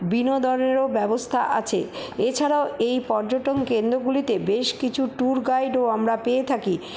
বিনোদনেরও ব্যবস্থা আছে এছাড়াও এই পর্যটন কেন্দ্রগুলিতে বেশ কিছু ট্যুর গাইডও আমরা পেয়ে থাকি